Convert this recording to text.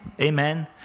Amen